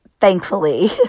Thankfully